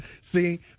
See